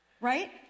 Right